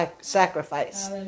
sacrifice